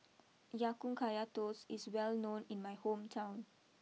Ya Kun Kaya Toast is well known in my hometown